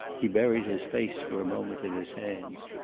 he buried his face for a moment in his hands.